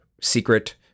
secret